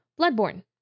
Bloodborne